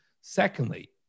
Secondly